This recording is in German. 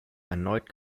erneut